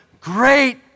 great